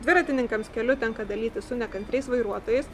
dviratininkams keliu tenka dalytis su nekantriais vairuotojais